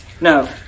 No